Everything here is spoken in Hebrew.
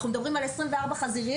אנחנו מדברים על 24 חזיריות,